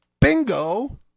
Bingo